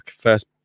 First